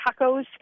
tacos